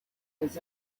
his